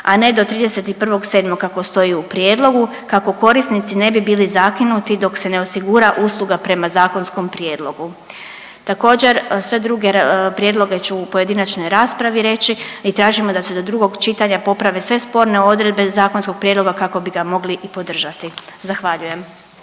a ne do 31.7. kako stoji u prijedlogu kako korisnici ne bi bili zakinuti dok se ne osigura usluga prema zakonskom prijedlogu. Također, sve druge prijedloge ću u pojedinačnoj raspravi reći i tražimo da se do drugog čitanja poprave sve sporne odredbe zakonskog prijedloga kako bi ga mogli i podržati. Zahvaljujem.